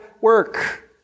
work